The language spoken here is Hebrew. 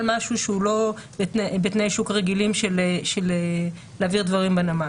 משהו שהוא לא בתנאי השוק הרגילים של להעביר דברים בנמל.